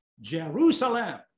Jerusalem